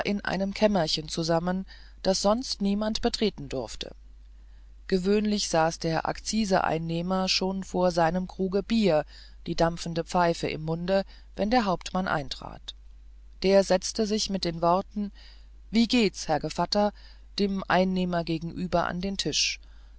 in einem kämmerchen zusammen das sonst niemand betreten durfte gewöhnlich saß der akziseeinnehmer schon vor seinem kruge bier die dampfende pfeife im munde wenn der hauptmann eintrat der setzte sich mit den worten wie geht's herr gevatter dem einnehmer gegenüber an den tisch